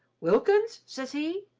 wilkins, ses he,